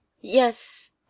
yes